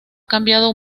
cambiado